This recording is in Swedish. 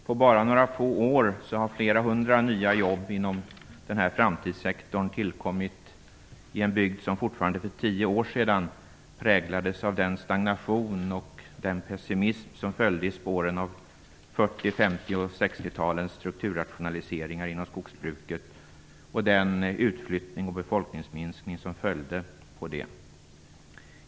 På bara några få år har flera hundra nya jobb inom den här framtidssektorn tillkommit i en bygd som fortfarande för tio år sedan präglades av den stagnation och den pessimism som följde i spåren av 1940-, 1950 och 1960-talens strukturrationalisering av skogsbruket och den utflyttning och befolkningsminskning som följde på det.